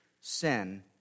sin